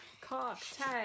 Cocktail